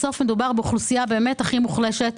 בסוף מדובר באמת באוכלוסייה באמת הכי מוחלשת,